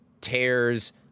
tears